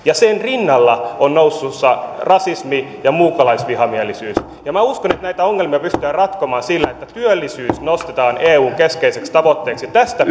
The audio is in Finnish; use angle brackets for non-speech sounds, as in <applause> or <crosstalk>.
sen rinnalla ovat nousussa rasismi ja muukalaisvihamielisyys ja minä uskon että näitä ongelmia pystytään ratkomaan sillä että työllisyys nostetaan eun keskeiseksi tavoitteeksi tästä <unintelligible>